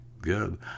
good